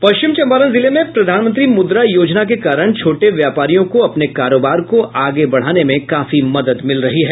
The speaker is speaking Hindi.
पश्चिम चंपारण जिले में प्रधानमंत्री मुद्रा योजना के कारण छोटे व्यापारियों को अपने कारोबार को आगे बढ़ाने में काफी मदद मिल रही है